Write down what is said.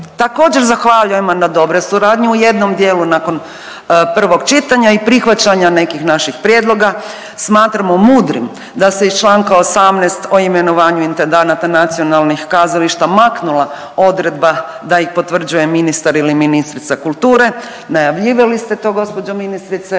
Također zahvaljujemo na dobroj suradnji u jednom dijelu nakon prvog čitanja i prihvaćanja nekih naših prijedloga, smatramo mudrim da se iz čl. 18. o imenovanju intendanata nacionalnih kazališta maknula odredba da ih potvrđuje ministar ili ministrica kulture, najavljivali ste to gđo. ministrice,